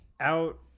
out